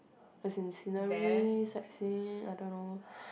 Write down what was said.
as in scenery sightseeing I don't know